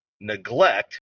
neglect